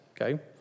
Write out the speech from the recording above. okay